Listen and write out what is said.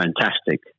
fantastic